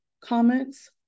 comments